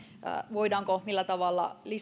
voidaanko millä tavalla